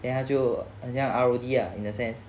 then 他就很像 R_O_D ah in a sense